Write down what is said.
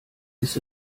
ist